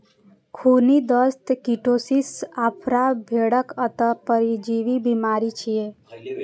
खूनी दस्त, कीटोसिस, आफरा भेड़क अंतः परजीवी बीमारी छियै